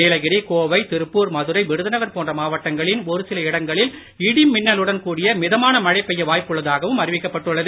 நீலகிரி கோவை திருப்பூர் மதுரை விருதுநகர் போன்ற மாவட்டங்களின் ஒருசில இடங்களில் இடி மின்னலுடன் கூடிய மிதமான மழை பெய்ய வாய்ப்புள்ளதாகவும் அறிவிக்கப்பட்டுள்ளது